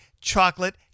chocolate